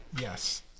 Yes